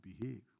behave